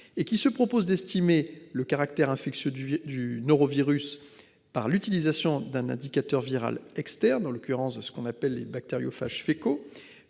et qui se propose d'estimer le caractère infectieux du du norovirus par l'utilisation d'un indicateur virale externe en l'occurrence, ce qu'on appelle les bactériophages fécaux